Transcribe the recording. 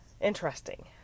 interesting